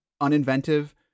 uninventive